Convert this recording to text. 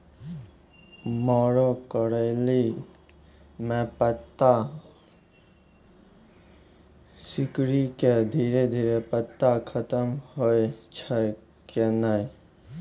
मरो करैली म पत्ता सिकुड़ी के धीरे धीरे पत्ता खत्म होय छै कैनै?